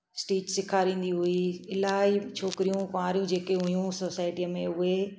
stitch सेखारिंदी हुई इलाही छोकरियूं कुआरियूं जेके हुयूं सोसाइटीअ में उहे